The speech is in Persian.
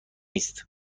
است